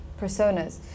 personas